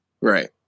Right